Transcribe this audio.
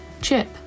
CHIP